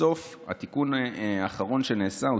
בסוף התיקון האחרון שנעשה,